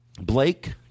Blake